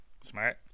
Smart